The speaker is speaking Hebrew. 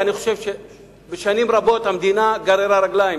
אני חושב ששנים רבות המדינה גררה רגליים,